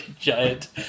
giant